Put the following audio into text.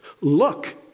Look